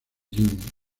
jimmy